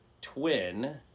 twin